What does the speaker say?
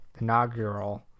inaugural